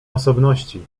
osobności